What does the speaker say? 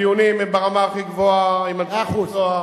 הדיונים הם ברמה הכי גבוהה, עם אנשי מקצוע,